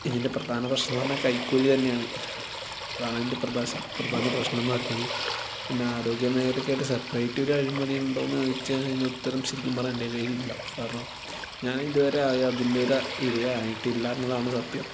ഇതിൻ്റെ പ്രധാന പ്രശ്നം എന്നു പറഞ്ഞാൽ കൈക്കൂലി തന്നെയാണ് അതാണ് അതിൻ്റെ പ്രധാന പ്രശ്നം എന്നു പറഞ്ഞത് പിന്നെ ആരോഗ്യമേഖലയ്ക്ക് ആയിട്ട് സെപ്പറേറ്റ് ഒരു അഴിമതി ഉണ്ടോയെന്ന് ചോദിച്ചാൽ അതിന് ഉത്തരം ശരിക്കും പറയാൻ എൻ്റെ കയ്യിൽ ഇല്ല കാരണം ഞാൻ ഇതുവരെ അതിൻ്റെ ഒരു ആ ഇരയായിട്ടില്ല എന്നതാണ് സത്യം